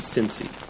Cincy